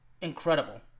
incredible